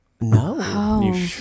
No